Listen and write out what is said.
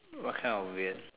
what kind of weird